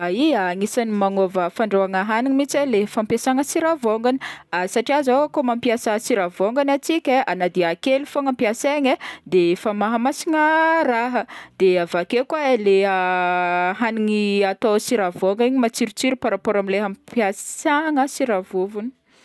Ya, agnisan'ny manôva fandrahoagna hagniny mihintsy e le fampiasagna sira vôngany satria zao koa mampiasa sira vôngany antsika e, na dia kely fogna ampiasaigna e de efa mahamasigna raha de avakeo koa e le hagniny atao sira vôngany igny matsirotsiro par rapport amle ampiasagna sira vovony.